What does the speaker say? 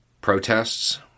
protests